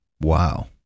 Wow